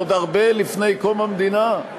עוד הרבה לפני קום המדינה.